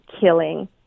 killing